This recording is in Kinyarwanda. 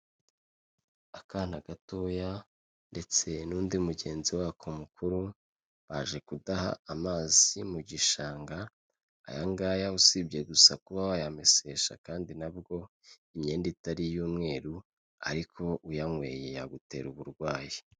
Akana gatoya ndetse n'undi mugenzi wako mukuru baje kudaha amazi mu gishanga, aya ngaya usibye gusa kuba wayamesesha, kandi nabwo imyenda itari iy'umweruru, ariko uyanyweye yagutera uburwayi.